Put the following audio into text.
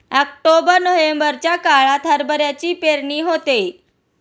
October नोव्हेंबरच्या काळात हरभऱ्याची पेरणी होते